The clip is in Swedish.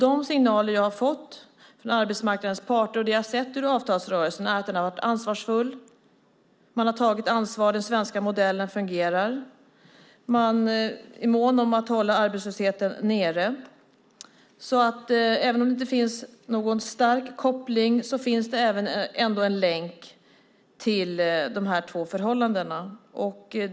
De signaler jag har fått från arbetsmarknadens parter och det jag sett av avtalsrörelsen är att man har varit ansvarsfull. Man har tagit ansvar. Den svenska modellen fungerar. Man är mån om att hålla arbetslösheten nere. Även om det inte finns någon stark koppling finns det ändå en länk mellan dessa två förhållanden.